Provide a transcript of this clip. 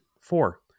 Four